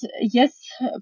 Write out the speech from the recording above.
yes